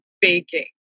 baking